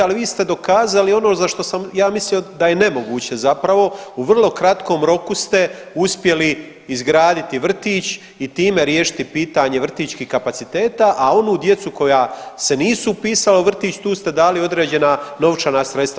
Ali vi ste dokazali ono za što sam ja mislio da je nemoguće zapravo u vrlo kratkom roku ste uspjeli izgraditi vrtić i time riješiti pitanje vrtićkih kapaciteta, a onu djecu koja se nisu upisala u vrtić tu ste dali određena novčana sredstva.